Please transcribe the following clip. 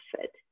fit